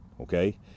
okay